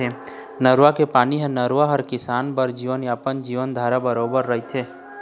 नरूवा के पानी ह नरूवा ह किसान बर जीवनयापन, जीवनधारा बरोबर रहिथे